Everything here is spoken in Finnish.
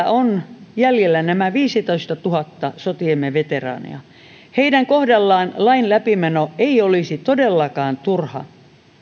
vielä on jäljellä nämä viisitoistatuhatta sotiemme veteraania heidän kohdallaan lain läpimeno ei todellakaan olisi turha